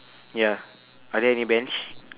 ya are there any bench